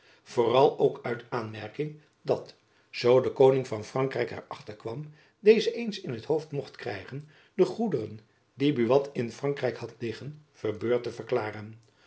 vooral ook uit aanmerking dat zoo de koning van frankrijk er achter kwam deze eens in t hoofd mocht krijgen de goederen die buat in frankrijk had liggen verbeurd te verklaren